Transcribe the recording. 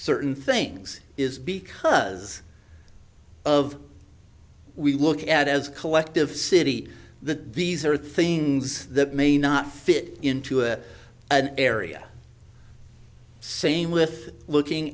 certain things is because of we look at as a collective city that these are things that may not fit into an area same with looking